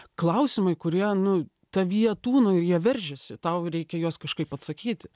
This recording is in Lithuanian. klausimai kurie nu tavyje tūno ir jie veržiasi tau reikia į juos kažkaip atsakyti